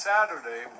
Saturday